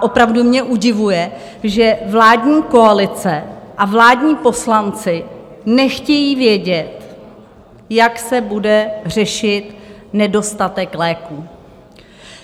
Opravdu mě udivuje, že vládní koalice a vládní poslanci nechtějí vědět, jak se bude řešit nedostatek léků,